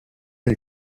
nel